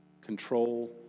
control